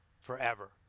forever